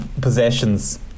possessions